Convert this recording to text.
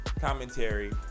commentary